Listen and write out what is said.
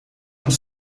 ons